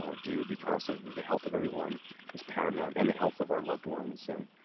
ah do because of the the health of everyone is paramount and the health of our loved ones. and